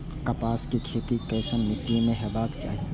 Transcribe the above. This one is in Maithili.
कपास के खेती केसन मीट्टी में हेबाक चाही?